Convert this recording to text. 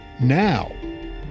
now